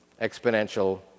exponential